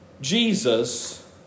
Jesus